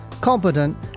competent